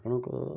ଆପଣଙ୍କ